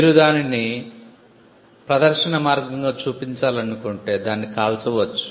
మీరు దానిని ప్రదర్శన మార్గంగా చూపించాలనుకుంటే మీరు దానిని కాల్చవచ్చు